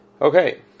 Okay